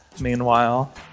meanwhile